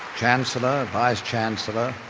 chancellor, vice chancellor,